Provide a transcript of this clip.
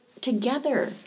together